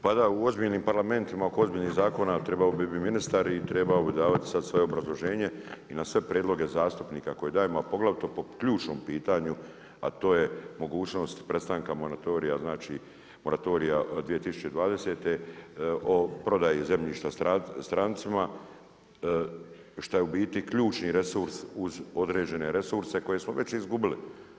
Pa da u ozbiljnim parlamentima oko ozbiljnih zakona trebao bi biti minsitar i trebao bi davati sada svoje obrazloženje i na sve prijedloge zastupnika koje dajemo, a poglavito po ključnom pitanju, a to je mogućnost prestanka moratorija 2020. o prodaji zemljišta strancima šta je u biti ključni resurs uz određene resurse koje smo već izgubili.